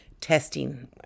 testing